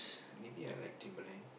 maybe I like Timberland